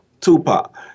Tupac